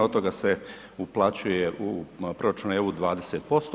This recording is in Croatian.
Od toga se uplaćuje u proračun EU 20%